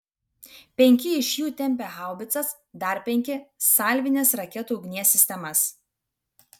penki iš jų tempė haubicas dar penki salvinės raketų ugnies sistemas